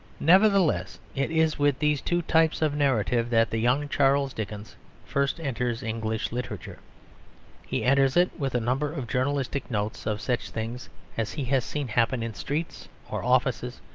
nevertheless it is with these two types of narrative that the young charles dickens first enters english literature he enters it with a number of journalistic notes of such things as he has seen happen in streets or offices,